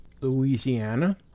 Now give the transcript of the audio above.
Louisiana